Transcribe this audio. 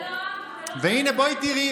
אתה לא חלק מהעם?